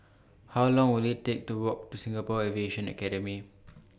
How Long Will IT Take to Walk to Singapore Aviation Academy